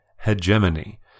Hegemony